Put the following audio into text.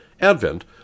Advent